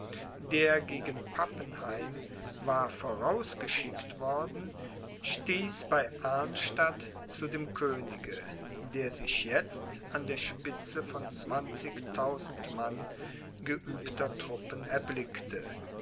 der gegen pappenheim war vorausgeschickt worden stieß bei arnstadt zu dem könige der sich jetzt an der spitze von zwanzigtausend mann geübter truppen erblickte